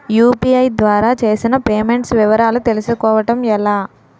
UPI ద్వారా చేసిన payments వివరాలు తెలుసుకోవటం ఎలా?